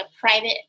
private